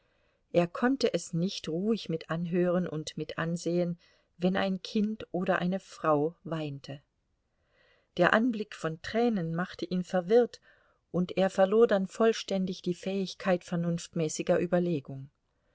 er konnte es nicht ruhig mit anhören und mit ansehen wenn ein kind oder eine frau weinte der anblick von tränen machte ihn verwirrt und er verlor dann vollständig die fähigkeit vernunftmäßiger überlegung